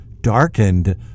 darkened